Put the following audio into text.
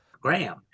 Graham